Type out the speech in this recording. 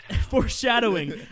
Foreshadowing